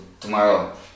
tomorrow